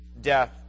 death